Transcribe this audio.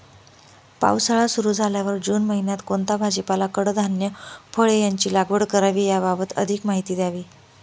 पावसाळा सुरु झाल्यावर जून महिन्यात कोणता भाजीपाला, कडधान्य, फळे यांची लागवड करावी याबाबत अधिक माहिती द्यावी?